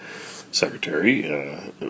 secretary